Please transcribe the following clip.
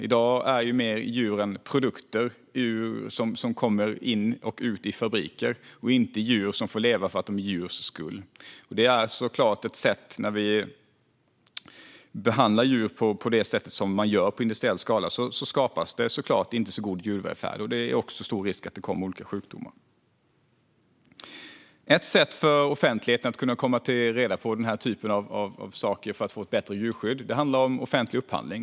I dag är djuren produkter som kommer in i och ut ur fabriker - inte djur som får leva därför att de är djur. När vi behandlar djur på det sätt som sker i industriell skala skapas det såklart en djurvälfärd som inte är så god, och risken är också stor att det uppstår olika sjukdomar. Ett sätt för offentligheten att komma till rätta med denna typ av saker och få ett bättre djurskydd är offentlig upphandling.